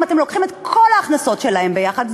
אם אתם לוקחים את כל ההכנסות שלהם ביחד,